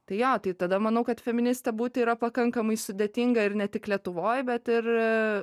tai jo tai tada manau kad feministe būti yra pakankamai sudėtinga ir ne tik lietuvoj bet ir